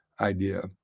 idea